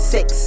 Six